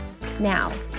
Now